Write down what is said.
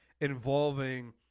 involving